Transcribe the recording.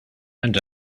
and